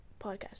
podcast